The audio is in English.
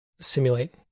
simulate